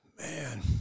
Man